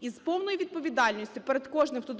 І з повною відповідальністю перед кожним, хто …